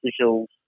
officials